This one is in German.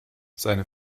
seine